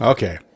Okay